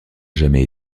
jamais